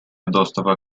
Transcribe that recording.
доступа